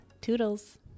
Toodles